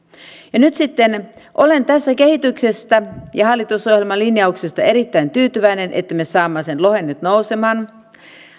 ja nyt sitten olen tästä kehityksestä ja hallitusohjelmalinjauksesta erittäin tyytyväinen jotta me saamme sen lohen nyt nousemaan